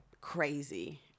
crazy